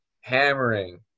hammering